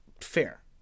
fair